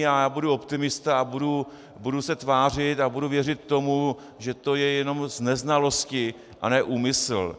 Já budu optimista, budu se tvářit a budu věřit tomu, že to je jenom z neznalosti, a ne úmysl.